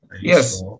Yes